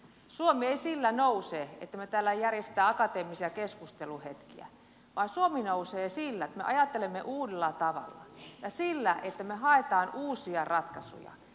suomi ei sillä nouse että me täällä järjestämme akateemisia keskusteluhetkiä vaan suomi nousee sillä että me ajattelemme uudella tavalla ja sillä että me haemme uusia ratkaisuja